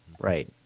right